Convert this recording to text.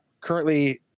currently